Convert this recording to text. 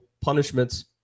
punishments